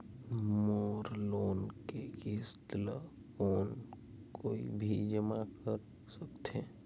मोर loan के किस्त ल कौन कोई भी जमा कर सकथे?